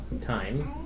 time